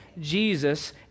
Jesus